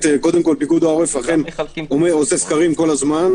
פיקוד העורף אכן עושה סקרים כל הזמן.